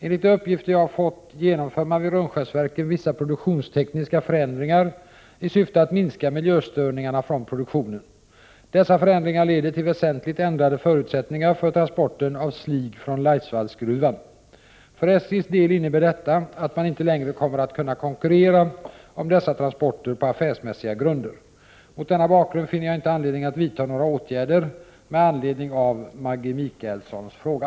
Enligt de uppgifter jag har fått genomför man vid Rönnskärsverken vissa produktionstekniska förändringar i syfte att minska miljöstörningarna från 45 produktionen. Dessa förändringar leder till väsentligt ändrade förutsättningar för transporter av slig från Laisvallsgruvan. För SJ:s del innebär detta att man inte längre kommer att konkurrera om dessa transporter på affärsmässiga grunder. Mot denna bakgrund finner jag inte anledning att vidta några åtgärder med anledning av Maggi Mikaelssons fråga.